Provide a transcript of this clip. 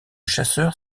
chasseur